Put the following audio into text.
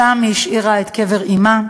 שם היא השאירה את קבר אמה,